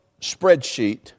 spreadsheet